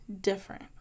different